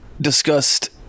discussed